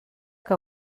que